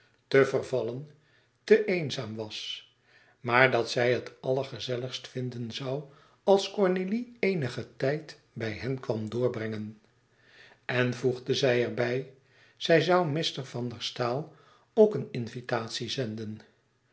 te vervallen te eenzaam was maar dat zij het allergezelligst vinden zoû als cornélie eenigen tijd bij hen kwam doorbrengen en voegde zij er bij zij zoû mr van der staal ook eene invitatie zenden